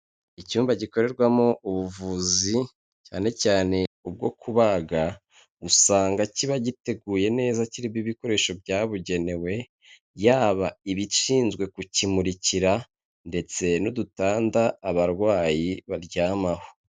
Icyumba gikorerwamo ubuvuzi cyane cyane ubwo kubaga, usanga kiba giteguye neza kirimo ibikoresho byabugenewe yaba ibishinzwe kukimurikira ndetse n'udutanda abarwayi baryamaho.